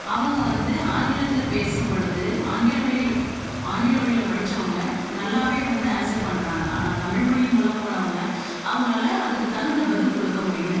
அவங்க வந்து ஆங்கிலத்தில் பேசும்பொழுது ஆங்கில வழியில் ஆங்கில வழில படித்தவங்க நல்லாவே வந்து ஆன்சர் பண்றாங்க ஆனால் தமிழ்மொழி மூலம் போனவங்க அவங்களால் அதுக்கு தகுந்த பதில் கொடுக்க முடியல